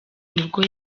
nibwo